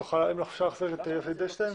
אפשר להחזיר את מר' אדלשטיין?